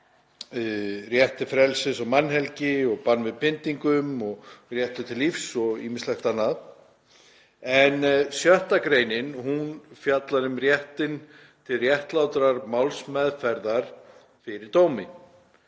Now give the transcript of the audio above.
rétt til frelsis og mannhelgi og bann við pyndingum og rétt til lífs og ýmislegt annað. En 6. gr. fjallar um réttinn til réttlátrar málsmeðferðar fyrir dómi.